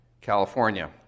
California